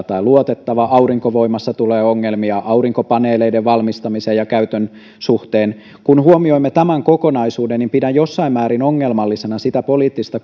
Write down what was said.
tai luotettava aurinkovoimassa tulee ongelmia aurinkopaneeleiden valmistamisen ja käytön suhteen kun huomioimme tämän kokonaisuuden niin pidän jossain määrin ongelmallisena sitä poliittista